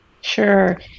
Sure